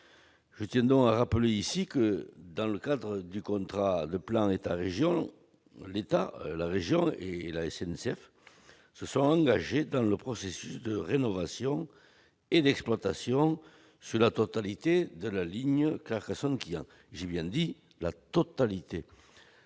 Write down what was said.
Je tiens donc à rappeler ici que, dans le cadre du contrat de plan État-région, ces deux partenaires et la SNCF se sont engagés dans le processus de rénovation et d'exploitation sur la totalité de la ligne Carcassonne-Quillan. J'y insiste : la totalité